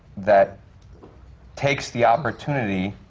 that takes the opportunity,